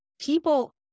people